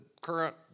current